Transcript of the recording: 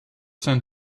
sent